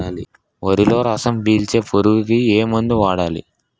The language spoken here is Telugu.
వరిలో రసం పీల్చే పురుగుకి ఏ మందు వాడాలి?